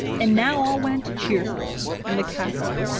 and now all went cheerfully in the castle.